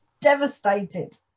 Devastated